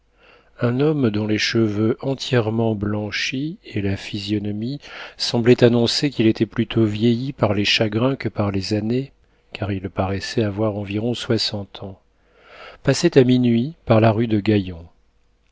un homme dont les cheveux entièrement blanchis et la physionomie semblaient annoncer qu'il était plutôt vieilli par les chagrins que par les années car il paraissait avoir environ soixante ans passait à minuit par la rue de gaillon